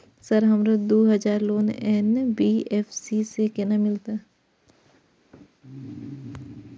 Sir हमरो दूय हजार लोन एन.बी.एफ.सी से केना मिलते?